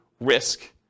risk